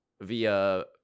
via